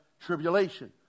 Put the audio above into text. tribulation